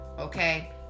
okay